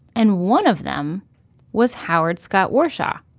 and one of them was howard scott warshaw,